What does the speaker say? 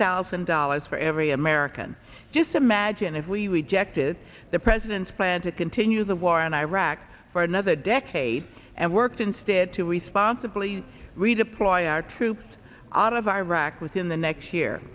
thousand dollars for every american just imagine if we rejected the president's plan to continue the war in iraq for another decade and worked instead to responsibility redeploy our troops out of iraq within the next year